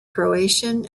croatian